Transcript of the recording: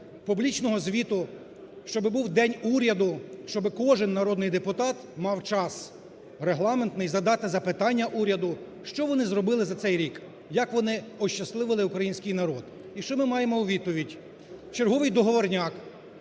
публічного звіту, щоб був День уряду, щоб кожен народний депутат мав час регламентний задати запитання уряду, що вони зробили за цей рік, як вони ощасливили український народ. І що ми маємо у відповідь? Черговий договорняк.